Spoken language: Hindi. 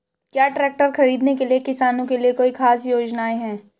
क्या ट्रैक्टर खरीदने के लिए किसानों के लिए कोई ख़ास योजनाएं हैं?